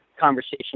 conversation